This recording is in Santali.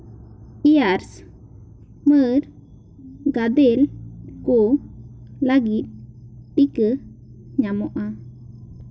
ᱮᱭᱟᱨᱥ ᱯᱟᱹᱨ ᱜᱟᱫᱮᱞ ᱠᱚ ᱞᱟᱹᱜᱤᱫ ᱴᱤᱠᱟᱹ ᱧᱟᱢᱚᱜᱼᱟ